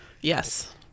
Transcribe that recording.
Yes